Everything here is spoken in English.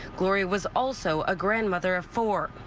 glory was also a grandmother of four.